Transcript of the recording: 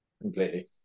Completely